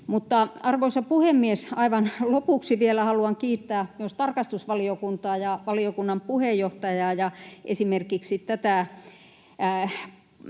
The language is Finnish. Arvoisa puhemies! Aivan lopuksi vielä haluan kiittää myös tarkastusvaliokuntaa ja valiokunnan puheenjohtajaa ja esimerkiksi tätä